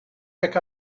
pick